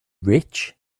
rich